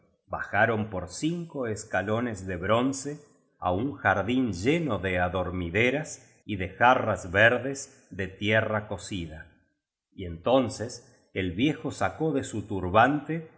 bajaron por cinco escalo nes de bronce á un jardín lleno de adormideras y de jarras ver des de tierra cocida y entonces el viejo sacó de su turbante